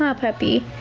ah puppy?